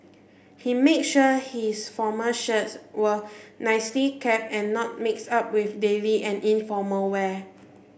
he made sure his formal shirts were nicely kept and not mixed up with daily and informal wear